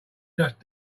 just